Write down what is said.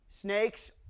Snakes